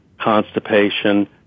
constipation